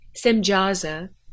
Semjaza